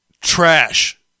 Trash